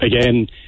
again